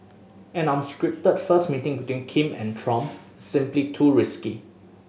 an unscripted first meeting between Kim and Trump is simply too risky